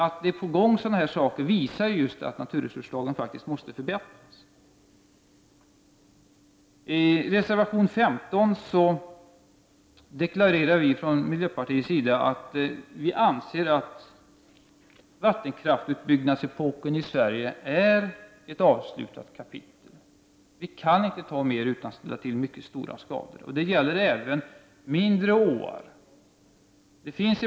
Att sådana här saker är på gång visar att naturresurslagen måste förbättras. I reservation 15 deklarerar miljöpartiet att vi anser att vattenkraftsutbyggnadsepoken i Sverige är ett avslutat kapitel. Vi kan inte ta mer utan att ställa till mycket stora skador. Det gäller även mindre åar.